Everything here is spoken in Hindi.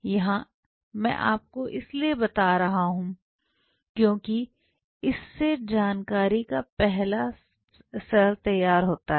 यह मैं आपको इसलिए बता रहा हूं क्योंकि इससे जानकारी का पहला सर तैयार होता है